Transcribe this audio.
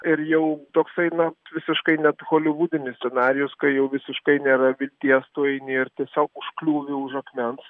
ir jau toksai na visiškai net holivudinis scenarijus kai jau visiškai nėra vilties tu eini ir tiesiog užkliūvi už akmens